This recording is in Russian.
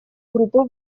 группы